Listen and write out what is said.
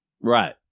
Right